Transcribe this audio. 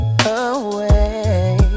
away